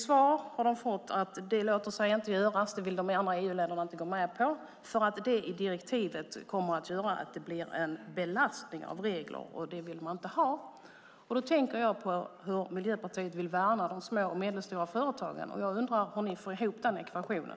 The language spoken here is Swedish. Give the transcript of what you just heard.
Svaret var att det inte låter sig göras då de andra EU-länderna inte vill gå med det, för det kommer att göra att det blir en belastning av regler i direktivet som man inte vill ha. Då tänker jag på hur Miljöpartiet vill värna de små och medelstora företagen, och jag undrar hur ni får ihop den ekvationen.